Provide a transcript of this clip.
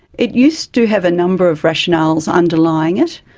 it used to have a number of rationales underlying it,